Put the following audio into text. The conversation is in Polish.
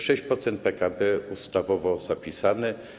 6% PKB ustawowo zapisane.